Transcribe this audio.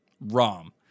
Rom